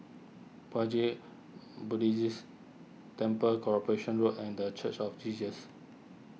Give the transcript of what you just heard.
Puat Jit Buddhist Temple Corporation Road and the Church of Jesus